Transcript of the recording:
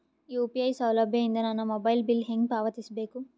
UPI ಸೌಲಭ್ಯ ಇಂದ ನನ್ನ ಮೊಬೈಲ್ ಬಿಲ್ ಹೆಂಗ್ ಪಾವತಿಸ ಬೇಕು?